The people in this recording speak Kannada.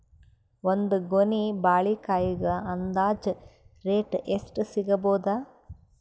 ಒಂದ್ ಗೊನಿ ಬಾಳೆಕಾಯಿಗ ಅಂದಾಜ ರೇಟ್ ಎಷ್ಟು ಸಿಗಬೋದ?